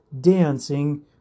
dancing